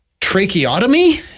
tracheotomy